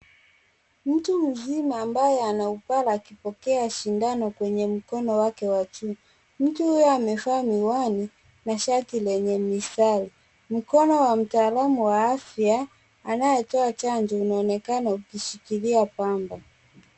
Mtu mzima ambae anaugua akipokea shindano kwenye mkono wake wa juu. Mtu huyo amevaa miwani na shati lenye mistari, mkono wa mtaalamu wa afya anaetoa chanjo unaonekana ukishikilia pamba.